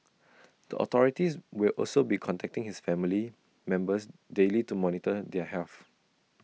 the authorities will also be contacting his family members daily to monitor their health